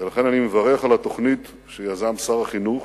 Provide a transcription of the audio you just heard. ולכן, אני מברך על התוכנית שיזם שר החינוך,